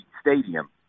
stadium